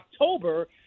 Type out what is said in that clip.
October